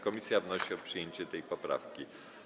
Komisja wnosi o przyjęcie tej poprawki.